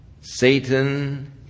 Satan